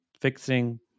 fixing